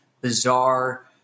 bizarre